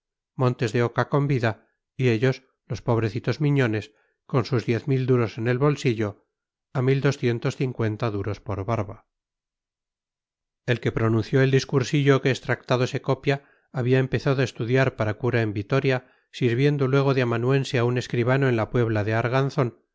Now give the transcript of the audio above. montes de oca con vida y ellos los pobrecitos miñones con sus diez mil duros en el bolsillo a mil doscientos cincuenta duros por barba el que pronunció el discursillo que extractado se copia había empezado a estudiar para cura en vitoria sirviendo luego de amanuense a un escribano de la puebla de arganzón y